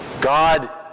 God